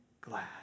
glad